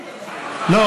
נכים, אתה מדבר.